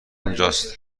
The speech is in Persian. اونجاست